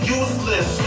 useless